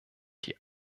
die